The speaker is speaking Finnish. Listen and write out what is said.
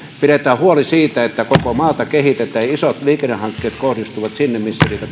pidetään huoli siitä että koko maata kehitetään ja isot liikennehankkeet kohdistuvat sinne missä niitä